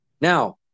Now